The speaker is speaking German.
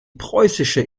preußische